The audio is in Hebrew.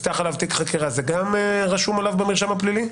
רשום עליו גם במרשם הפלילי?